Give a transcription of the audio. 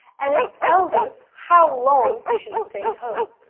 and it tells us how long she stayed home.